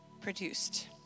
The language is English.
produced